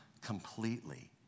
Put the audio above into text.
completely